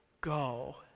go